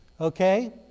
okay